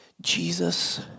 Jesus